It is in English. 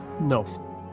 No